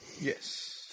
Yes